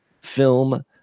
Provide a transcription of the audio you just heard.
film